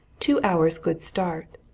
two hours' good start.